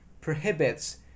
prohibits